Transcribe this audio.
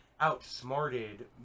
outsmarted